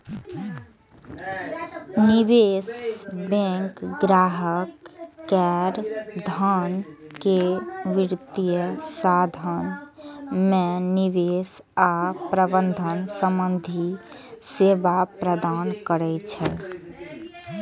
निवेश बैंक ग्राहक केर धन के वित्तीय साधन मे निवेश आ प्रबंधन संबंधी सेवा प्रदान करै छै